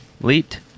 leet